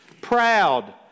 proud